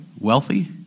wealthy